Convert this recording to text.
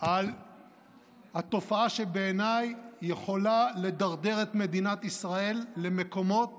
על התופעה שבעיניי יכולה לדרדר את מדינת ישראל למקומות